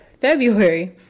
February